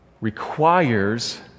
requires